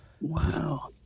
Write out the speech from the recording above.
Wow